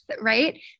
right